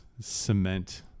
cement